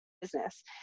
business